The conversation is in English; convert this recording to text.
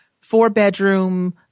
four-bedroom